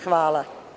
Hvala.